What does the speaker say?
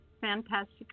Fantastic